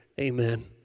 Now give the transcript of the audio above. Amen